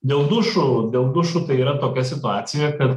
dėl dušų dėl dušų tai yra tokia situacija kad